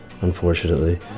unfortunately